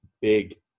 big